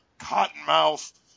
Cottonmouth